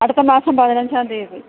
അടുത്തമാസം പതിനഞ്ചാം തീയതി